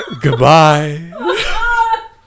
Goodbye